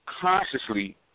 consciously